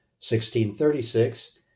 1636